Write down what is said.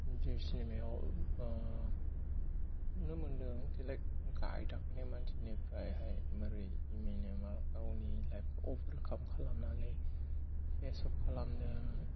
बे सिनिमााव नुनो मोन्दों लाइक गाहाय थाखोनि मानसिफोरनि थाखायहाय ओरै इमिनेमा गावनि लाइफखौहाय अभारकाम खालामनानै फेसअफ खालामनो